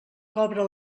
cobra